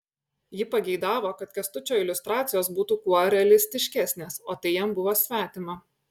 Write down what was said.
ji pageidavo kad kęstučio iliustracijos būtų kuo realistiškesnės o tai jam buvo svetima